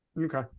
Okay